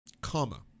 comma